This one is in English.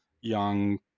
Young